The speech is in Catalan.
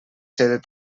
cents